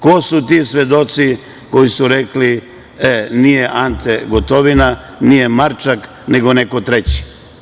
Ko su ti svedoci koji su rekli – e, nije Ante Gotovina, nije Marčak, nego neko treći?